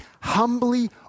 humbly